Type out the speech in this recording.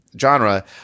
genre